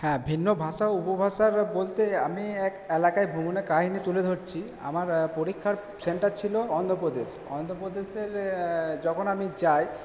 হ্যাঁ ভিন্ন ভাষা ও উপভাষার বলতে আমি এক এলাকায় ভ্রমণের কাহিনী তুলে ধরছি আমার পরীক্ষার সেন্টার ছিলো অন্ধ্রপ্রদেশ অন্ধ্রপ্রদেশের যখন আমি যাই